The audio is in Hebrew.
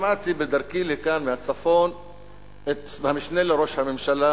בדרכי לכאן מהצפון שמעתי את המשנה לראש הממשלה